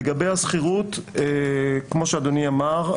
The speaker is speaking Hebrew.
לגבי השכירות כמו שאדוני אמר,